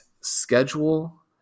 schedule